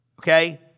okay